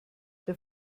der